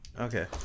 Okay